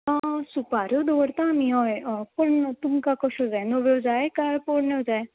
आं सुपाऱ्यो दवरता आमी हय हय पूण तुमकां कश्यो जाय नव्यो जाय कांय पोरन्यो जाय